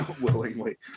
Willingly